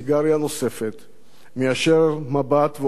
מישיר מבט ואומר "זה אפשרי",